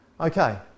Okay